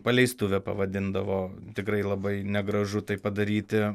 paleistuve pavadindavo tikrai labai negražu taip padaryti